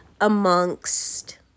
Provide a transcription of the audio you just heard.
amongst